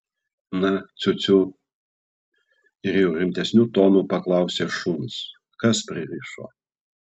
na ciu ciu ir jau rimtesniu tonu paklausė šuns kas pririšo